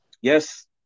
Yes